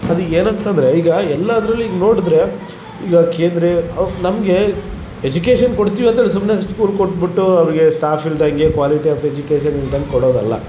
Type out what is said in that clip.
ಅದು ಏನಂತಂದರೆ ಈಗ ಎಲ್ಲದರಲ್ಲು ಈಗ ನೋಡಿದ್ರೆ ಈಗ ಕೇಂದ್ರೆ ಅವು ನಮಗೆ ಎಜುಕೇಷನ್ ಕೊಡ್ತೀವಂದ್ರೆ ಸುಮ್ನೆ ಅಷ್ಟು ದುಡ್ಡು ಕೊಟ್ಬಿಟ್ಟು ಅವರಿಗೆ ಸ್ಟಾಫ್ ಇಲ್ದಂಗೆ ಕ್ವಾಲಿಟಿ ಆಫ್ ಎಜುಕೇಷನ್ ಇಲ್ದಂಗೆ ಕೊಡೋದಲ್ಲ